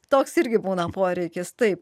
toks irgi būna poreikis taip